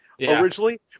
originally